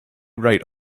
right